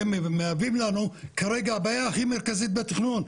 שהן מהווים לנו כרגע בעיה הכי מרכזית בתכנון.